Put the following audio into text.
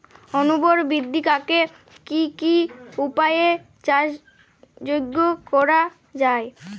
অনুর্বর মৃত্তিকাকে কি কি উপায়ে চাষযোগ্য করা যায়?